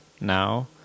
Now